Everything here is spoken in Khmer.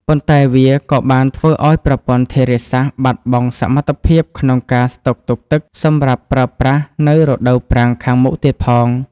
ប៉ុន្តែវាក៏បានធ្វើឱ្យប្រព័ន្ធធារាសាស្ត្របាត់បង់សមត្ថភាពក្នុងការស្តុកទុកទឹកសម្រាប់ប្រើប្រាស់នៅរដូវប្រាំងខាងមុខទៀតផង។